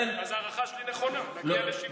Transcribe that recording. אז ההערכה שלי נכונה, נגיע ל-70,000.